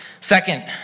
Second